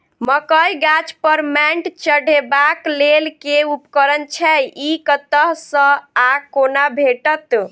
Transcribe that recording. मकई गाछ पर मैंट चढ़ेबाक लेल केँ उपकरण छै? ई कतह सऽ आ कोना भेटत?